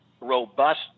robust